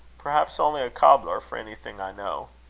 perhaps only a cobbler, for anything i know?